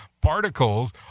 particles